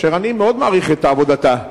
אשר אני מאוד מעריך את עבודתה,